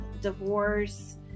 divorce